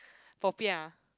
popiah